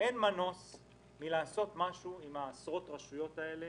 אין מנוס מלעשות משהו עם עשרות רשויות האלו